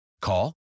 Call